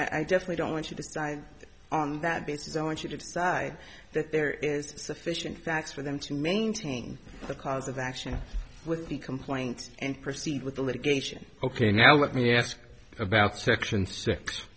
and i definitely don't want you to die on that basis they want you to decide that there is sufficient facts for them to maintain the cause of action with the complaint and proceed with the litigation ok now let me ask about section six